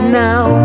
now